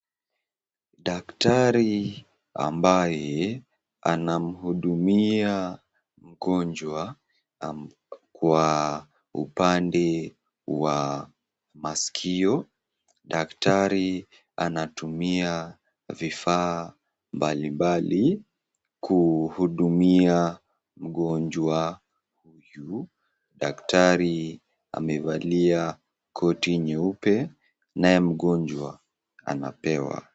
Daktari ambaye anamhudumia mgonjwa kwa upande wa maskio daktari anatumia vifaa mbalimbali kuhudumia mgonjwa huyu daktari amevalia koti nyeupe naye mgonjwa anapewa.